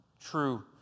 true